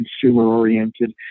consumer-oriented